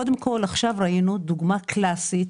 קודם כל, עכשיו ראינו דוגמה קלאסית